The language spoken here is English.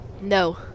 No